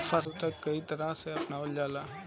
फसल चक्र के कयी तरह के अपनावल जाला?